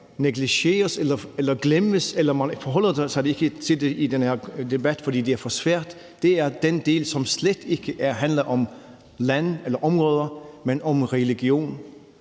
negligeres eller bliver glemt, eller som man ikke forholder sig til i den her debat, fordi det er for svært, er den del, som slet ikke handler om lande eller områder, men om religion.